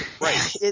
Right